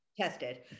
tested